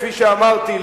כפי שאמרתי,